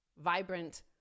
vibrant